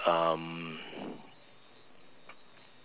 um